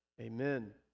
Amen